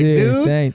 dude